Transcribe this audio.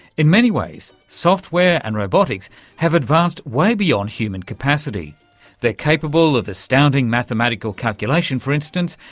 in many ways, software and robotics have advanced way beyond human capacity they're capable of astounding mathematical calculation, for instance,